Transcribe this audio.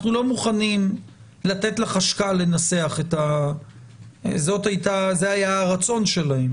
אנחנו לא מוכנים לתת לחשכ"ל לנסח זה היה הרצון שלהם